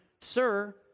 sir